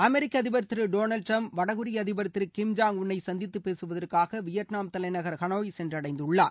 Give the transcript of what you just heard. அமெரிக்க அதிபர் திரு Donald Trump வடகொரிய அதிபர் திரு கிம் ஜாங் உன் ஐ சந்தித்து பேசுவதற்காக வியட்நாம் தலைநகர் ஹனாய் சென்றடைந்துள்ளார்